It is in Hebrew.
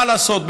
מה לעשות,